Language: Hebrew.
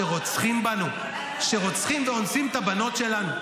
כשרוצחים ואונסים את הבנות שלנו?